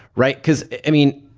right? because, it mean,